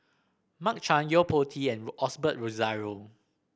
Mark Chan Yo Po Tee and Osbert Rozario